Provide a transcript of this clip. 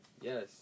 Yes